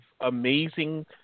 amazing